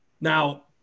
now